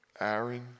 Aaron